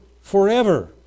forever